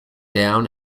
down